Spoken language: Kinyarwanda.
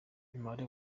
umubare